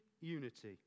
unity